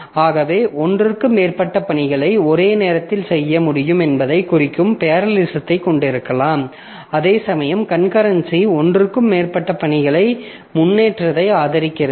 ஆகவே ஒன்றுக்கு மேற்பட்ட பணிகளை ஒரே நேரத்தில் செய்ய முடியும் என்பதைக் குறிக்கும் பேரலலிசத்தை கொண்டிருக்கலாம் அதேசமயம் கன்கரன்சி ஒன்றுக்கு மேற்பட்ட பணிகளை முன்னேற்றத்தை ஆதரிக்கிறது